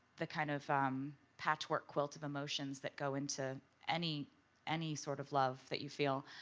the kind of patchwork quilt of emotions that go into any any sort of love that you feel.